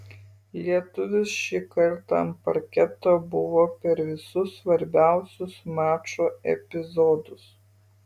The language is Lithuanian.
lietuvis šį kartą ant parketo buvo per visus svarbiausius mačo epizodus